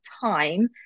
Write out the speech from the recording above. time